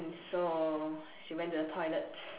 so she went to the toilet